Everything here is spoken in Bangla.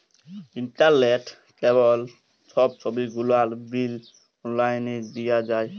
ইলটারলেট, কেবল ছব গুলালের বিল অললাইলে দিঁয়া যায়